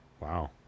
Wow